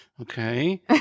Okay